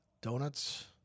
Donuts